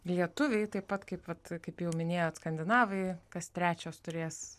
lietuviai taip pat kaip vat kaip jau minėjot skandinavai kas trečias turės